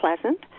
pleasant